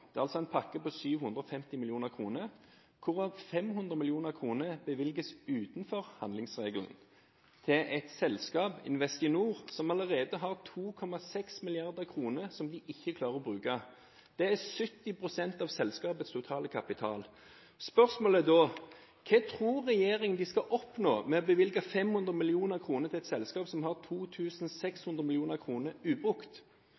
Det er en pakke på 750 mill. kr, hvorav 500 mill. kr bevilges utenfor handlingsregelen. Det går til et selskap, Investinor, som allerede har 2,6 mrd. kr, som de ikke klarer å bruke. Det er 70 pst. av selskapets totale kapital. Spørsmålet er da: Hva tror regjeringen at de vil oppnå med å bevilge 500 mill. kr til et selskap som har 2 600 mill. kr ubrukt?